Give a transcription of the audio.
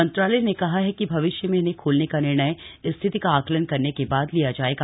मंत्रालय ने कहा है कि भविष्य में इन्हें खोलने का निर्णय स्थिति का आकलन करने के बाद लिया जाएगा